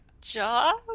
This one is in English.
job